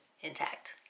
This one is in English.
intact